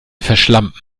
verschlampen